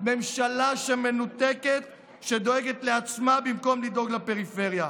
ממשלה מנותקת שדואגת לעצמה במקום לדאוג לפריפריה.